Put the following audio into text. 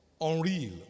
unreal